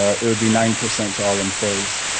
ah it would be nine percent to all employees.